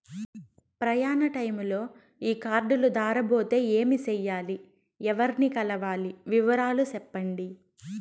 ప్రయాణ టైములో ఈ కార్డులు దారబోతే ఏమి సెయ్యాలి? ఎవర్ని కలవాలి? వివరాలు సెప్పండి?